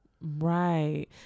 Right